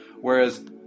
Whereas